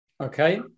Okay